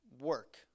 work